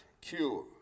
cure